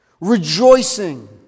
rejoicing